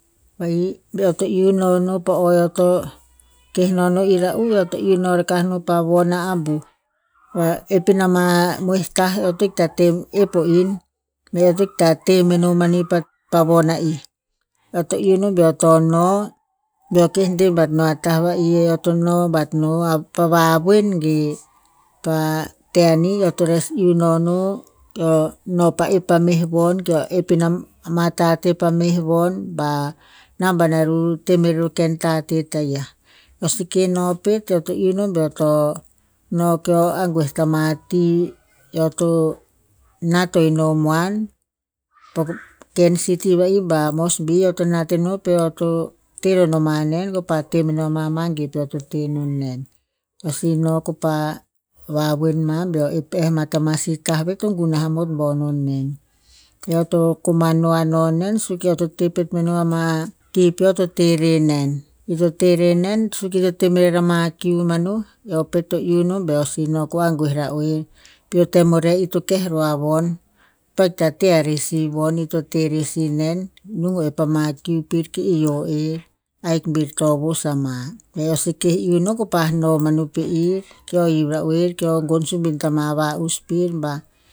Va'i be eo to iuh noh no po o eo to keh noh no era'u, eo to iuh no rakah no po von a ambuh. Pa epina ama pa epina moih tah eo to ita ep o en, me eo to ikta teh meno mani pa von a i. Eo to iuh no ba eo to no beo keh deh bat no a tah va'i e eo tono bat no pa wawoen ge. Pa teh ani eo to res iuh noh no peo no pa ep pameh von, keo epina ma tateh pa meh von ba naban aru teh meror ma tateh taia. Eo seke no pet eo to iuh no ba eo to no keo angue ta ma ti eo to nat ino moan. Ken city va'i ba moresby eo to na eno peo to teh roma nen ko pa teh meno ama mange peo to teh no nen. Eo sih no ko pa wawoen ma beo ep ehh ma tama sih tah veh to gunah amot bo no nen. Eo to koman no a noh nen suk eo to teh pet ama ti peo to teh re nen. I to teh re nen suk ito teh merer ama kiu manu, eo pet to iuh no ba eo si no ko angue ra oer pi o tem o reh ito keh roh a von. Pa ikta teh are si von ito teh reh si nen, nung o ama kiu pir ki ioh er, ahik bir ta vos ama. E eo seke iuh no ko pa no manu pe ir, keo hiv ra oer keo gon sumbin tama va'i pir ba.